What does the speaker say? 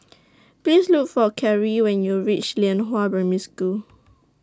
Please Look For Kerry when YOU REACH Lianhua Primary School